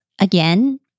again